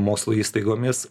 mokslo įstaigomis